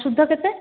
ସୁଧ କେତେ